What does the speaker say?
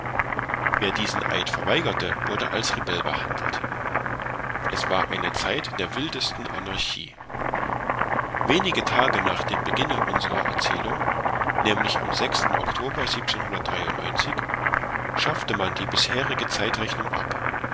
wer diesen eid verweigerte wurde als rebell behandelt es war eine zeit der wildesten anarchie wenige tage nach dem beginne unserer erzählung nämlich am oktober schaffte man die bisherige zeitrechnung ab